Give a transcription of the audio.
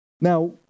Now